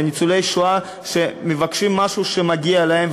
אלה ניצולי שואה שמבקשים משהו שמגיע להם,